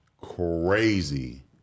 Crazy